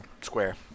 square